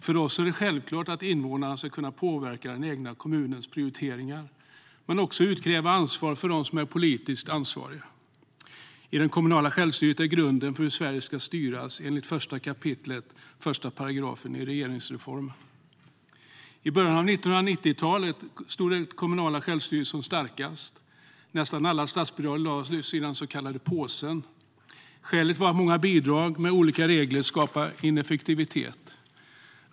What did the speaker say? För oss är det självklart att invånarna ska kunna påverka den egna kommunens prioriteringar men också utkräva ansvar av dem som är politiskt ansvariga. Det kommunala självstyret är grunden för hur Sverige ska styras enligt 1 kap. 1 § regeringsformen. I början av 1990-talet stod det kommunala självstyret som starkast. Nästan alla statsbidrag lades i den så kallade påsen. Skälet var att många bidrag med olika regler skapade ineffektivitet.